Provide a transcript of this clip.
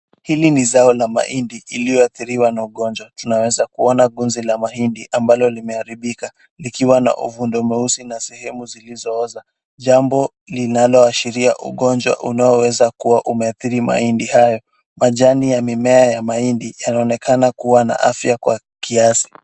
Hili ni zao la maindi iliyo athiriwa na ugonjwa tunaoweza kuona gunzi la maindi ambalo limearibika likiwa na uvundo mweusi na sehemu zilizo oza jambo linaloashiria ugonjwa unaoweza kuwa umeathiri maindi hayo. Majani ya mimea ya maindi yanaonekana kuwa na afya kwa kiasi.